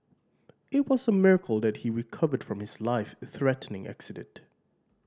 it was a miracle that he recovered from his life threatening accident